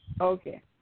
Okay